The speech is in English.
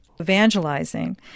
evangelizing